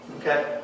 Okay